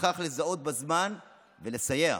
ובכך לזהותו בזמן ולסייע.